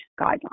guidelines